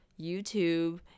YouTube